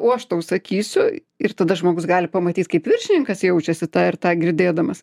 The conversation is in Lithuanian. o aš tau užsakysiu ir tada žmogus gali pamatyt kaip viršininkas jaučiasi tą ir tą girdėdamas